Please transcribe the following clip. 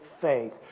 faith